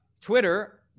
Twitter